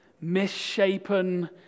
misshapen